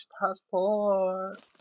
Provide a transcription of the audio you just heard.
passport